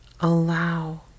allow